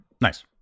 Nice